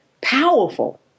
powerful